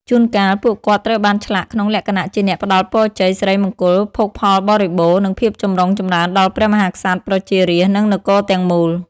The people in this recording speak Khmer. ជួនកាល ពួកគាត់ត្រូវបានឆ្លាក់ក្នុងលក្ខណៈជាអ្នកផ្ដល់ពរជ័យ សិរីមង្គល ភោគផលបរិបូរណ៍ និងភាពចម្រុងចម្រើនដល់ព្រះមហាក្សត្រ ប្រជារាស្ត្រ និងនគរទាំងមូល។